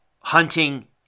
hunting